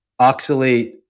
oxalate